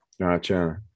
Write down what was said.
Gotcha